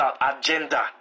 agenda